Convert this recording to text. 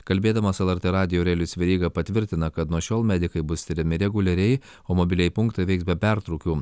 kalbėdamas lrt radijui aurelijus veryga patvirtina kad nuo šiol medikai bus tiriami reguliariai o mobilieji punktai veiks be pertrūkių